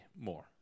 more